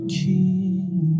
king